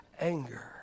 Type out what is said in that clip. anger